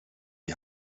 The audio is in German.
die